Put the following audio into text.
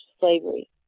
slavery